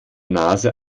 nase